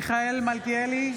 מיכאל מלכיאלי,